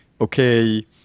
okay